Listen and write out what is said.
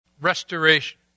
Restoration